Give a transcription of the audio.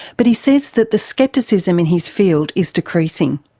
but he says that the scepticism in his field is decreasing.